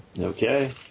Okay